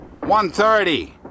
1.30